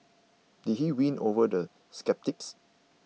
did he win over the sceptics